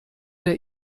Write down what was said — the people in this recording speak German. der